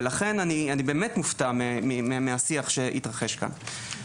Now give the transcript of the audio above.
ולכן אני באמת מופתע מהשיח שהתרחש כאן.